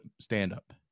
stand-up